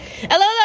Hello